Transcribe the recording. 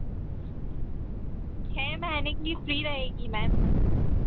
छः महीने के लिए फ्री रहेगी मैंम